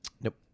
Nope